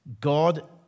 God